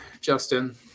Justin